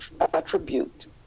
attribute